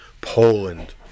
Poland